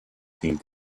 seemed